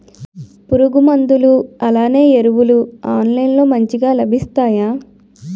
పురుగు మందులు అలానే ఎరువులు ఆన్లైన్ లో మంచిగా లభిస్తాయ?